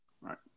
Right